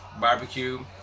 barbecue